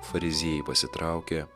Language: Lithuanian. fariziejai pasitraukė